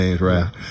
right